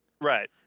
Right